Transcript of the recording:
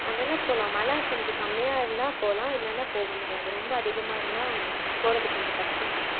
அதெல்லாம் போகலாம் மழ கொஞ்சம் கம்மியாக இருந்தால் போகலாம் இல்லைனா போகமுடியாது ரொம்ப அதிகமாக இருந்தால் போகறது கொஞ்சம் கஷ்டம் தான்